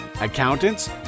accountants